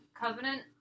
covenant